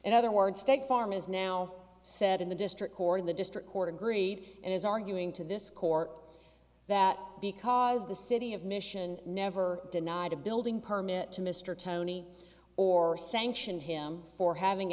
in other words state farm is now said in the district court in the district court agreed and is arguing to this court that because the city of mission never denied a building permit to mr tony or sanctioned him for having